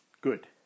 good